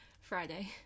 Friday